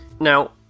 Now